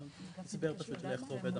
ברישה,